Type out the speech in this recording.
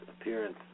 appearance